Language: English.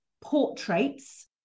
portraits